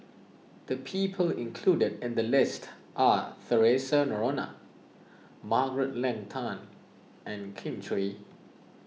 the people included in the list are theresa Noronha Margaret Leng Tan and Kin Chui